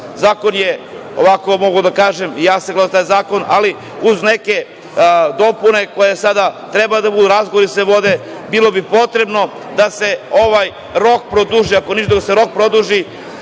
Zakon je, ovako mogu da kažem, ja sam glasao za taj zakon, ali uz neke dopune koje sada treba da budu, razgovori se vode, bilo bi potrebno da se ovaj rok produži za neki naredni period,